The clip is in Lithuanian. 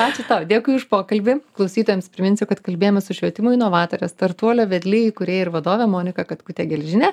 ačiū tau dėkui už pokalbį klausytojams priminsiu kad kalbėjomės su švietimo inovatore startuolio vedliai įkūrėjai ir vadove monika katkute gelžine